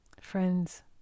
Friends